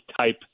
type